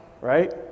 right